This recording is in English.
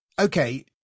okay